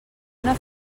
una